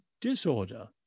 disorder